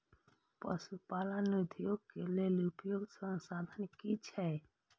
पशु पालन उद्योग के लेल उपयुक्त संसाधन की छै?